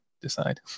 decide